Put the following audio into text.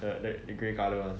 the the the grey colour [one]